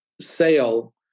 sale